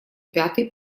пятой